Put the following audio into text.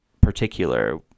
particular